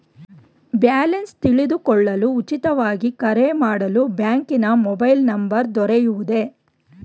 Balance ತಿಳಿದುಕೊಳ್ಳಲು ಉಚಿತವಾಗಿ ಕರೆ ಮಾಡಲು ಬ್ಯಾಂಕಿನ ಮೊಬೈಲ್ ನಂಬರ್ ದೊರೆಯುವುದೇ?